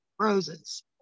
roses